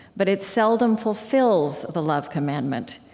but it seldom fulfills the love commandment.